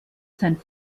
sein